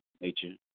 nature